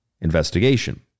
investigation